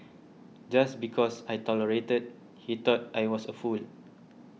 just because I tolerated he thought I was a fool